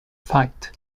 fight